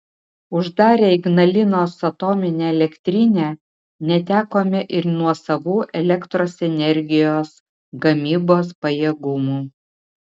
uždarę ignalinos atominę elektrinę netekome ir nuosavų elektros energijos gamybos pajėgumų